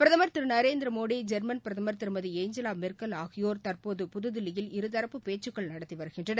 பிரதமர் திரு நரேந்திரமோடி ஜெர்மன் பிரதமர் Thirumathi Angela Merkel ஆகியோர் தற்போது புதுதில்லியில் இருதரப்பு பேச்சுக்கள் நடத்தி வருகின்றனர்